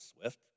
Swift